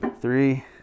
three